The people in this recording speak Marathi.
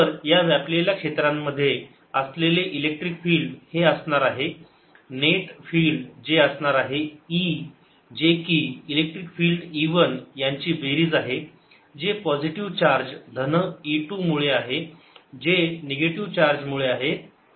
तर या व्यापलेला क्षेत्रांमध्ये असलेले इलेक्ट्रिक फील्ड हे असणार आहे नेट फील्ड जे असणार आहे E जे की इलेक्ट्रिक फील्ड E 1 यांची बेरीज आहे जे पॉझिटिव्ह चार्ज धन E2 मुळे आहे जे निगेटिव्ह चार्ज मुळे आहेत